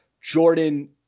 Jordan